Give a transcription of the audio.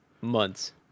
months